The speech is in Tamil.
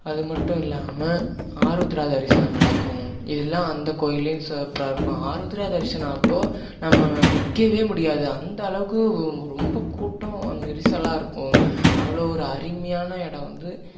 அது மட்டும் இல்லாமல் ஆருத்ரா தரிசனம் நடக்கும் இதல்லா அந்த கோயில்லேயும் சிறப்பாக இருக்கும் ஆருத்ரா தரிசனம் அப்போது நம்ம நிற்கவே முடியாது அந்த அளவுக்கு ரொம்ப கூட்டம் நெரிசலாக இருக்கும் அவ்வளோ ஒரு அருமையான இடம் வந்து